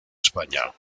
españa